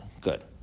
Good